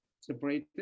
separated